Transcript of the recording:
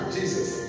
Jesus